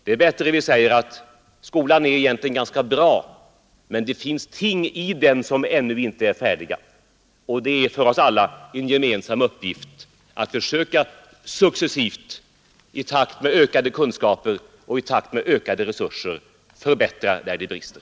Det är bättre om vi säger att skolan egentligen är ganska bra men att det finns ting i skolan som vi ännu inte är färdiga med och att det är en gemensam uppgift för oss alla att successivt — i takt med ökade kunskaper och ökade resurser — söka förbättra där det brister.